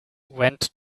went